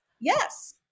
Yes